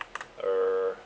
err